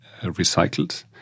recycled